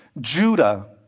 Judah